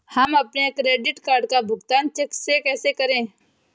हम अपने credit card का भुगतान चेक से कैसे करें?